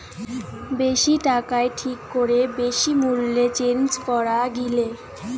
বেশি টাকায় ঠিক করে বেশি মূল্যে চেঞ্জ করা গিলে